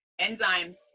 enzymes